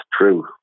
true